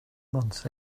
months